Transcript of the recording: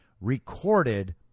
recorded